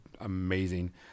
amazing